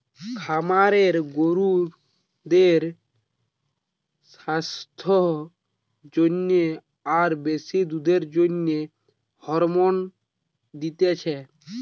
খামারে গরুদের সাস্থের জন্যে আর বেশি দুধের জন্যে হরমোন দিচ্ছে